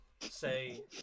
say